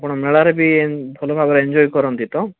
ଆପଣ ମେଳାରେ ବି ଭଲ ଭାବରେ ଏଞ୍ଜଜୟ କରନ୍ତି ତ